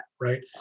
right